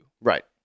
Right